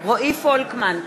רועי פולקמן,